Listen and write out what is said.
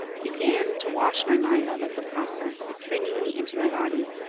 began to wash my mind out of the process, bringing me into my body.